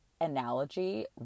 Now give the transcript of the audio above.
analogy